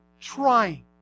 trying